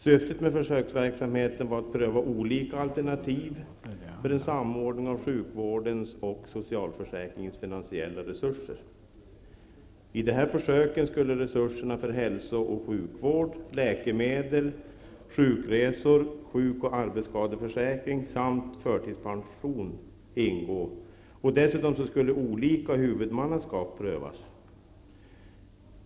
Syftet med försöksverksamheten var att pröva olika alternativ för en samordning av sjukvårdens och socialförsäkringens finansiella resurser. I dessa försök skulle resurserna för hälsooch sjukvård, läkemedel, sjukresor, sjuk och arbetsskadeförsäkring samt förtidspension ingå. Dessutom skulle olika huvudmannaskap prövas.